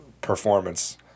performance